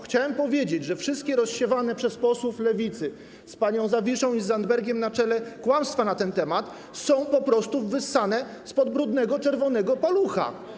Chciałem powiedzieć, że wszystkie rozsiewane przez posłów Lewicy z panią Zawiszą i panem Zandbergiem na czele kłamstwa na ten temat są po prostu wyssane spod brudnego czerwonego palucha.